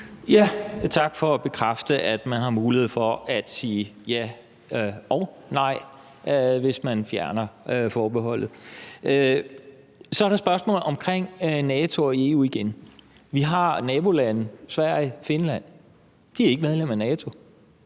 (V): Tak for at bekræfte, at man har mulighed for at sige ja og nej, hvis man fjerner forbeholdet. Så er der spørgsmålet omkring NATO og EU igen. Vi har nabolande, Sverige, Finland – de er ikke medlem af NATO.